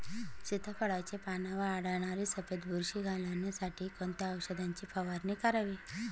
सीताफळाचे पानांवर आढळणारी सफेद बुरशी घालवण्यासाठी कोणत्या औषधांची फवारणी करावी?